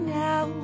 now